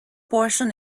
portion